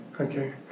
okay